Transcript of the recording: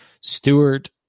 Stewart